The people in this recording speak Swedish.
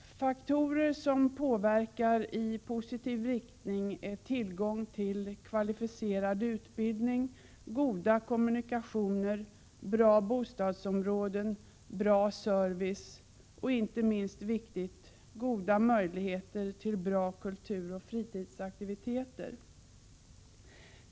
Faktorer som påverkar i positiv riktning är tillgång till kvalificerad utbildning, goda kommunikationer, bra bostadsområden, bra service och inte minst viktigt: goda möjligheter till bra kulturoch fritidsaktiviteter.